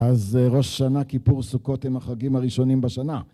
אז ראש שנה כיפור סוכות הם החגים הראשונים בשנה